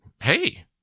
hey